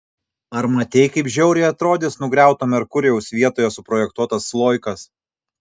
ar matei kaip žiauriai atrodys nugriauto merkurijaus vietoje suprojektuotas sloikas